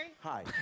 Hi